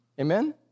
Amen